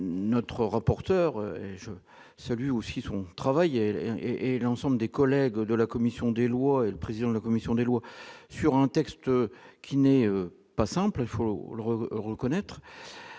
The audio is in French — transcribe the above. notre rapporteur, celui aussi son travail et l'ensemble des collègues de la commission des lois, et le président de la commission des lois, sur un texte qui n'est pas simple faux Hall re re connaître